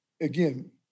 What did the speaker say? again